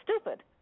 stupid